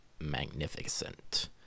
magnificent